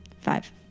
Five